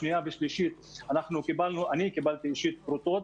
שנייה ושלישית אני אישית קיבלתי פרוטות,